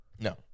No